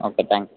okay thanks